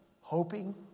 hoping